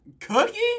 Cookie